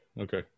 Okay